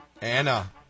Anna